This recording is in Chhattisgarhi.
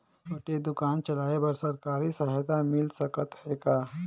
छोटे दुकान चलाय बर सरकारी सहायता मिल सकत हे का?